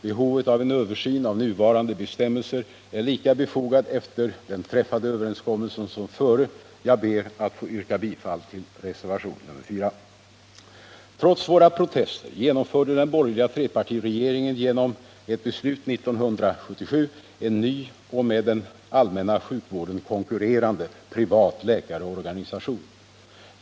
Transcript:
Behovet av en översyn av nuvarande bestämmelser är lika befogad efter den träffade överenskommelsen som före. Jag ber att få yrka bifall till reservation nr 4. Trots våra protester genomförde den borgerliga trepartiregeringen genom ett beslut 1977 en ny och med den allmänna sjukvården konkurrerande privat läkarorganisation.